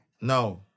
No